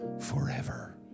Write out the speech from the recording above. forever